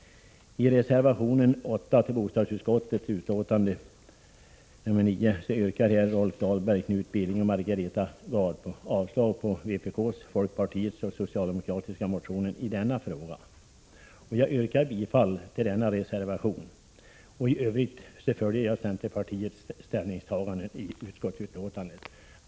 I reservation 8 till bostadsutskottets betänkande nr 9 yrkar Rolf Dahlberg, Knut Billing och Margareta Gard avslag på vpk:s, folkpartiets och socialdemokraternas motioner i denna fråga. Jag yrkar bifall till den reservationen. I övrigt följer jag centerpartiets ställningstagande i utskottet.